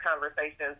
conversations